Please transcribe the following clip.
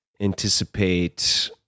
anticipate